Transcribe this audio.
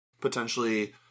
potentially